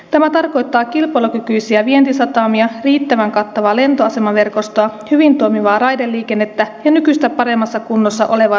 tämä tarkoittaa kilpailukykyisiä vientisatamia riittävän kattavaa lentoasemaverkostoa hyvin toimivaa raideliikennettä ja nykyistä paremmassa kunnossa olevaa tieverkostoa